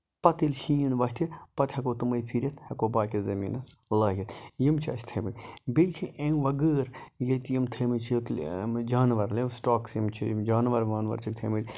پَتہٕ ییٚلہِ شیٖن وَتھِ پَتہٕ ہٮ۪کَو تٔمَے پھرِتھ ہیٚکَو باقٕے زٔمیٖنَس لٲگِتھ یِم چھِ اَسہِ تھٲومٕتۍ بیٚیہِ چھِ اَمہِ بغٲر ییٚتہِ یِم تھٲومٕتۍ چھِ یِم جانور سٔٹوکٔس یِم چھِ جانور وانور چھِکھ تھٲومٕتۍ